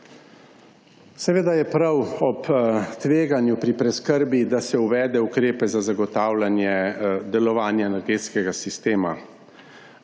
Seveda je prav, da se ob tveganju pri preskrbi uvedejo ukrepi za zagotavljanje delovanja energetskega sistema.